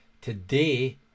Today